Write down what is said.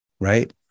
Right